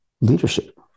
leadership